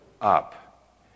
up